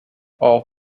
all